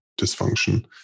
dysfunction